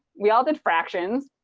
we all did fractions.